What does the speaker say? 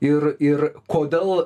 ir ir kodėl